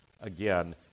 again